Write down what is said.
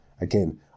Again